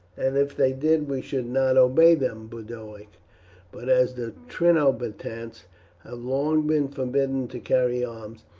and if they did we should not obey them, boduoc but as the trinobantes have long been forbidden to carry arms,